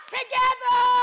together